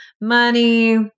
money